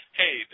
hey